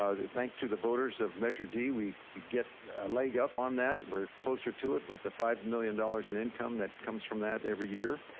ah thanks to the voters of measure d, we we get a leg up on that, we're closer to it with the five million dollars in income that comes from that every year.